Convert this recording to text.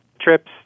trips